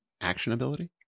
Actionability